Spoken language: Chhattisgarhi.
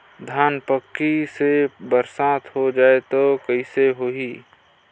धान पक्की से बरसात हो जाय तो कइसे हो ही?